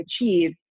achieve